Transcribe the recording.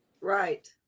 Right